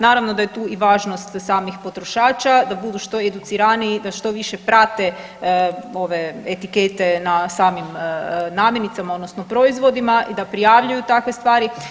Naravno da je tu i važnost samih potrošača, da budu što educiraniji, da što više prate ove etikete na samim namirnicama odnosno proizvodima i da prijavljuju takve stvari.